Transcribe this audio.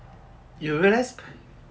you realise